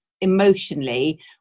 emotionally